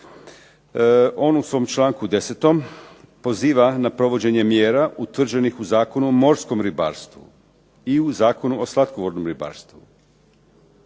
on u svom članku 10.-om poziva na provođenje mjera utvrđenim u Zakonu o morskom ribarstvu i u Zakonu o slatkovodnom ribarstvu.